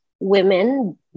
women